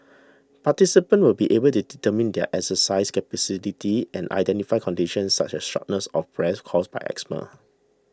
participants will be able to determine their exercise capacity and identify conditions such as shortness of breath caused by asthma